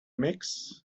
mix